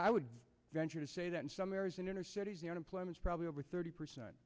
i would venture to say that in some areas in inner cities the unemployment is probably over thirty percent